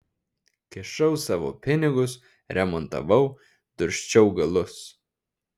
kišau savo pinigus remontavau dursčiau galus